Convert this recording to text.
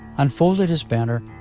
unfolded his banner,